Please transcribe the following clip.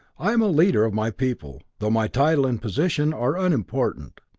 i am a leader of my people though my title and position are unimportant.